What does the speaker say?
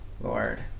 Lord